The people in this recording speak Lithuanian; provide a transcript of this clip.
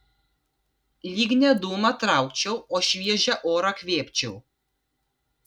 lyg ne dūmą traukčiau o šviežią orą kvėpčiau